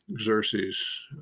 Xerxes